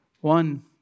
One